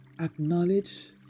Acknowledge